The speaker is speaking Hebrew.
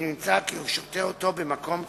אם נמצא כי הוא שותה אותו במקום ציבורי,